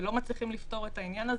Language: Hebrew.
ולא מצליחים לפתור את העניין הזה,